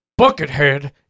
Buckethead